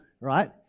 right